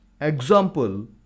Example